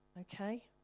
Okay